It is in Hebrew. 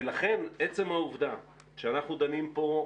ולכן עצם העובדה שאנחנו דנים פה,